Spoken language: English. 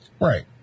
Right